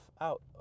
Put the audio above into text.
out